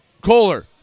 Kohler